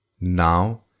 Now